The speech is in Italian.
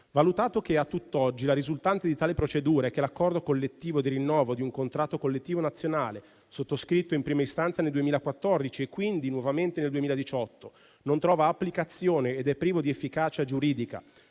valuta che a tutt'oggi il risultato di tale procedura è che l'accordo collettivo di rinnovo di un contratto collettivo nazionale sottoscritto in prima istanza nel 2014, e quindi nuovamente nel 2018, non trova applicazione ed è privo di efficacia giuridica,